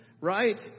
right